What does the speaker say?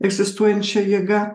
egzistuojančia jėga